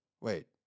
wait